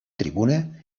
tribuna